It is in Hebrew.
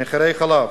מחירי החלב.